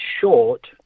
short –